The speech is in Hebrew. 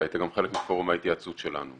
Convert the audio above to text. היית חלק מפורום ההתייעצות שלנו.